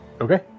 Okay